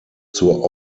zur